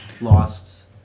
Lost